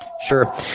Sure